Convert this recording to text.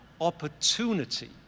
opportunity